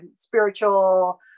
spiritual